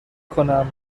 کنم